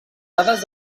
dades